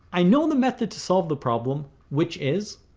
i know the method to solve the problem which is.